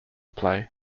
play